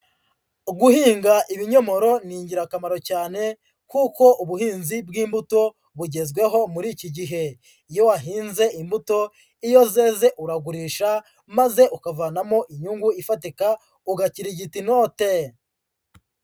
Guhinga ibinyomoro ni ingirakamaro cyane, kuko ubuhinzi bw'imbuto bugezweho muri iki gihe. Iyo wahinze imbuto iyo zeze uragurisha maze ukavanamo inyungu ifatika ugakirigita inote.